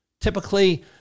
Typically